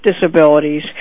disabilities